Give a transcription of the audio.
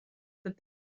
that